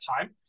time